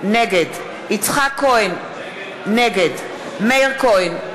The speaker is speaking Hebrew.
נגד יצחק כהן, נגד מאיר כהן,